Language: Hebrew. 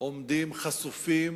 עומדים חשופים